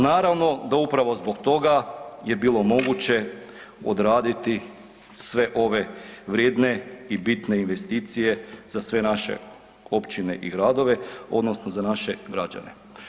Naravno da upravo zbog toga je bilo moguće odraditi sve ove vrijedne i bitne investicije za sve naše općine i gradove odnosno za naše građane.